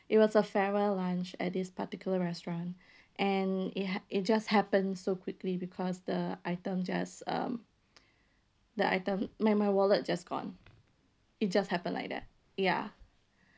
it was a farewell lunch at this particular restaurant and it had it just happened so quickly because the item just um the item my my wallet just gone it just happened like that ya